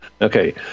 Okay